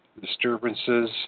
disturbances